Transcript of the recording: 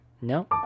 No